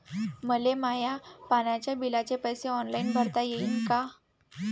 मले माया पाण्याच्या बिलाचे पैसे ऑनलाईन भरता येईन का?